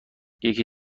یکی